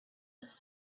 was